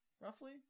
roughly